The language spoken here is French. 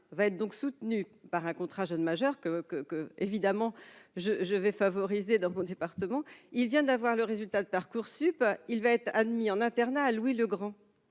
va être donc soutenu par un contrat jeune majeur que que que évidemment je je vais favoriser dans mon département, il vient d'avoir le résultat de Parcoursup il va être admis en internat à Louis Legrand